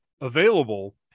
available